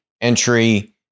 entry